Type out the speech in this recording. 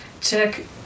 check